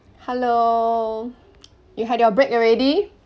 hello you had your break already